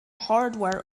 hardware